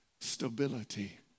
stability